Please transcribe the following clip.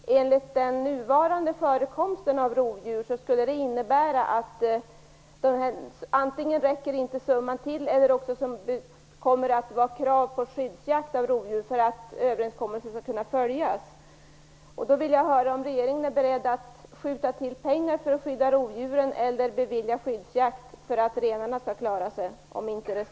Med den nuvarande förekomsten av rovdjur skulle det antingen innebära att summan inte räcker till, eller också att skyddsjakt på rovdjur kommer att krävas för att överenskommelsen skall kunna följas.